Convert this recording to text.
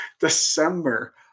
December